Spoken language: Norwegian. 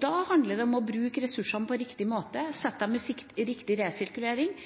Det handler om å bruke ressursene på riktig måte, sette dem i riktig resirkulering.